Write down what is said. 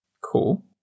cool